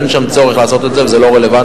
אין שם צורך לעשות את זה וזה לא רלוונטי.